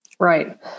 Right